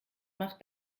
macht